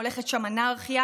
הולכת שם אנרכיה.